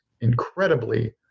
incredibly